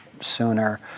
sooner